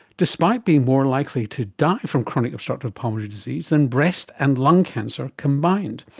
despite being more likely to die from chronic obstructive pulmonary disease than breast and lung cancer combined.